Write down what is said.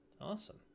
Awesome